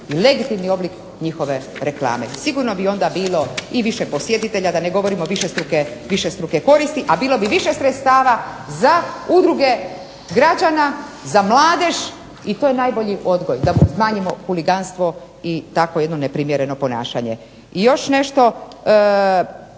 legitimni oblik njihove reklame. Sigurno bi onda bilo i više posjetitelja, da ne govorimo višestruke koristi, a bilo bi više sredstava za udruge građana, za mladež i to je najbolji odgoj, da smanjimo huliganstvo i takvo jedno neprimjereno ponašanje. I još nešto,